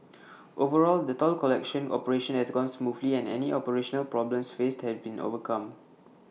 overall the toll collection operation has gone smoothly and any operational problems faced have been overcome